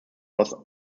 was